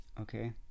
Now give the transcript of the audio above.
okay